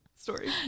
story